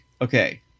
okay